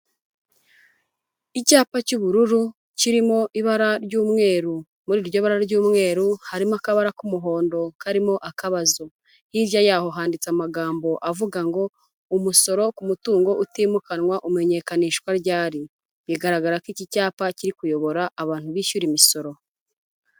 Icyapa cy'ubururu kirimo ibara ry'umweru, muri iryo bara ry'umweru harimo akabara k'umuhondo karimo akabazo, hirya yaho handitse amagambo avuga ngo "umusoro ku mutungo utimukanwa, umenyekanishwa ryari?" bigaragara ko iki cyapa kiri kuyobora abantu bishyura imisoro.